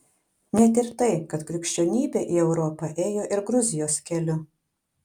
net ir tai kad krikščionybė į europą ėjo ir gruzijos keliu